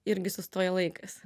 irgi sustoja laikas